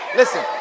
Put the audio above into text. listen